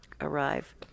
arrive